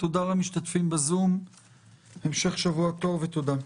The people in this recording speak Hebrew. תודה למשתתפים בזום והמשך שבוע טוב ותודה.